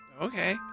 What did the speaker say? Okay